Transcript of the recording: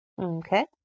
Okay